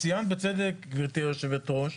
ציינת בצדק, גבירתי היושבת-ראש,